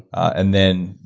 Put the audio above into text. and then,